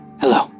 Hello